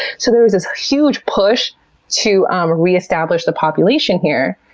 so, there was this huge push to um reestablish the population here,